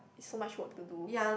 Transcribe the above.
it's so much work to do